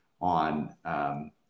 on